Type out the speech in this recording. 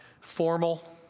formal